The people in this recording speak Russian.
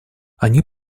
они